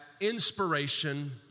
inspiration